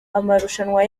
amarushanwa